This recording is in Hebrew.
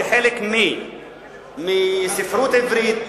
כחלק מספרות עברית,